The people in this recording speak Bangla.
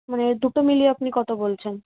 মানে দুটো মিলিয়ে আপনি কতো বলছেন